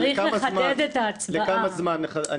לכמה זמן?